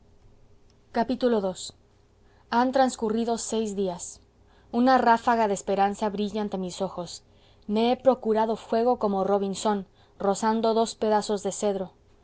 destino ii han transcurrido seis días una ráfaga de esperanza brilla ante mis ojos me he procurado fuego como robinsón rozando dos pedazos de cedro